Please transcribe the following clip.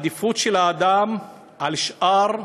שבראנו".) העדיפות של האדם על שאר החיות,